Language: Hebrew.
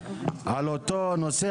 על אותו נושא,